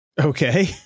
Okay